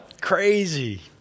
Crazy